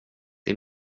det